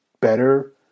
better